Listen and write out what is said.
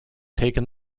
taken